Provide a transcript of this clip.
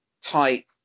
tight